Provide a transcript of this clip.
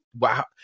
wow